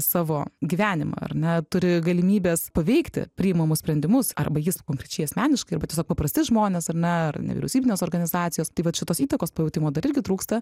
savo gyvenimą ar ne turi galimybes paveikti priimamus sprendimus arba jis konkrečiai asmeniškai arba tiesiog paprasti žmonės ar ne ar nevyriausybinės organizacijos tai vat šitos įtakos pajautimo dar irgi trūksta